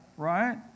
right